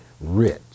rich